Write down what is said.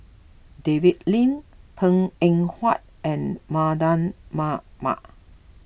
David Lim Png Eng Huat and Mardan Mamat